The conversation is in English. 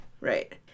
right